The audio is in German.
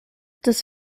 des